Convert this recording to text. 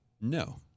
No